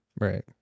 Right